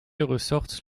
ressortent